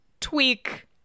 tweak